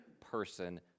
person